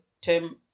term